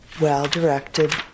well-directed